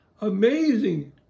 Amazing